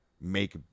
make